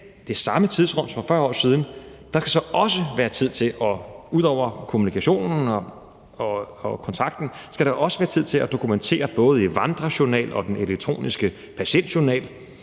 der så ud over kommunikationen og kontakten også være tid til at dokumentere både i vandrejournal og den elektroniske patientjournal,